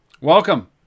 Welcome